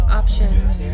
options